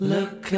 Look